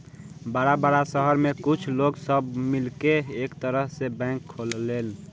बड़ा बड़ा सहर में कुछ लोग मिलके एक तरह के बैंक खोलेलन